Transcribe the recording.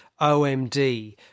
OMD